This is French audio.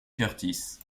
curtis